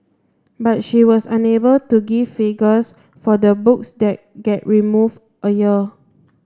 but she was unable to give figures for the books that get removed a year